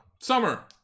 Summer